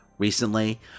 recently